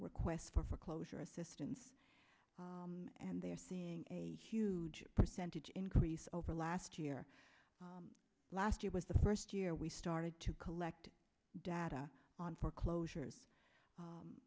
requests for foreclosure assistance and they're seeing a huge percentage increase over last year last year was the first year we started to collect data on foreclosures